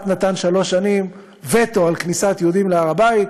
נתן שלוש שנים וטו על כניסת יהודים להר-הבית,